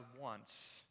wants